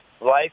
life